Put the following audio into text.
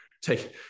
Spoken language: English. take